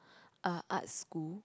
uh art school